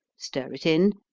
stir it in,